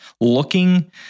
looking